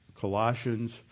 Colossians